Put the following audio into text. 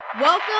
Welcome